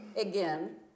again